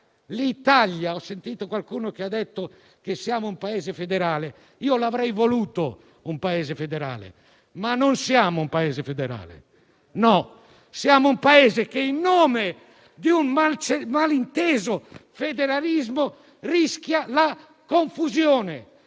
l'Italia. Ho sentito qualcuno dire che siamo un Paese federale. Io l'avrei voluto un Paese federale, ma non siamo un Paese federale. No; siamo un Paese che in nome di un malinteso federalismo rischia la confusione